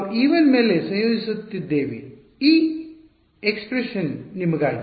ನಾವು e1 ಮೇಲೆ ಸಂಯೋಜಿಸುತ್ತಿದ್ದೇವೆ ಈ ಎಕ್ಸಪ್ರೆಸ್ಸೆನ್ ನಿಮಗಾಗಿ